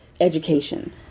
education